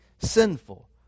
sinful